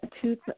two